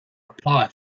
apply